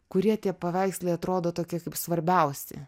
kurie tie paveikslai atrodo tokie kaip svarbiausi